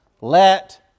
Let